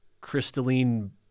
crystalline